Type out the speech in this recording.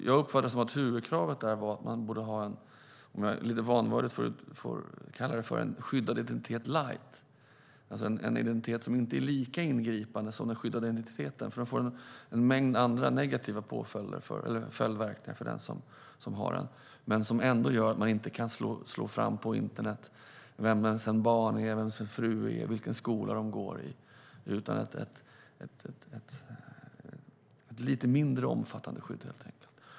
Jag uppfattade det som att huvudkravet var att man skulle kunna ha vad som lite vanvördigt kan kallas för "skyddad identitet light", alltså ett skydd som inte är lika ingripande som skyddad identitet, för det får en mängd andra negativa följdverkningar för den som har det. Men det skulle innebära att man inte kan söka fram på internet vem ens barn eller fru är och vilken skola barnen går i. Det är ett lite mindre omfattande skydd, helt enkelt.